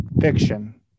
fiction